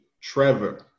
trevor